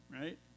right